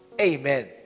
Amen